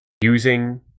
using